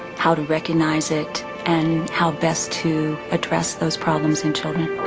how to recognize it and how best to address those problems in children.